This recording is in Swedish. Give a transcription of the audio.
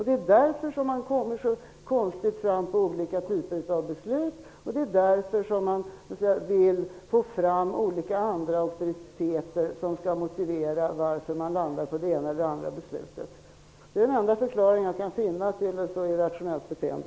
Det är därför de kommer så konstigt fram i olika typer av beslut, och det är därför som de vill få fram olika typer av andra auktoriteter som skall motivera varför man landar på det ena eller det andra beslutet. Det är den enda förklaring jag kan finna till ett så irrationellt beteende.